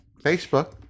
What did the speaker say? facebook